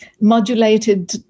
modulated